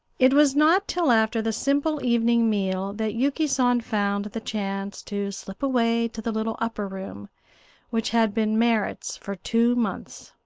it was not till after the simple evening meal that yuki san found the chance to slip away to the little upper room which had been merrit's for two months.